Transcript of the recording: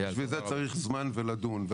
בשביל זה צריך זמן ולדון.